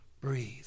Breathe